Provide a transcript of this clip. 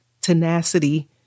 tenacity